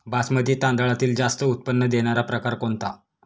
बासमती तांदळातील जास्त उत्पन्न देणारा प्रकार कोणता?